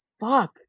fuck